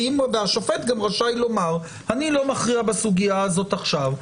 השופט גם רשאי לומר: אני לא מכריע בסוגיה הזאת עכשיו.